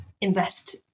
invest